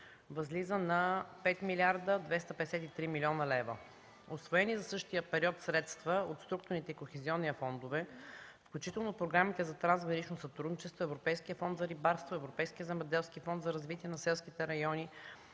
възлиза на 5 млрд. 253 млн. лв. Усвоените за същия период средства от структурните и Кохезионния фондове, включително програмите за трансгранично сътрудничество, Европейския фонд за рибарство, Европейския земеделски фонд за развитие на селските райони